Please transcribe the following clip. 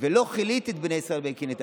ולא כליתי את בני ישראל בקנאתי.